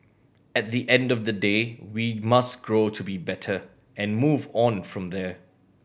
at the end of the day we must grow to be better and move on from there